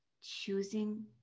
choosing